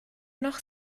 noch